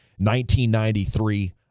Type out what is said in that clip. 1993